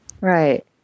Right